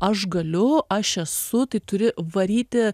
aš galiu aš esu tai turi varyti